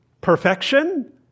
perfection